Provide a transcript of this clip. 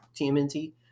TMNT